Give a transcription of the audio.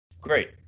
Great